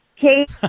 Kate